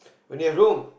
when you've room